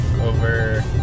Over